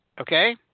Okay